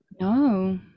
No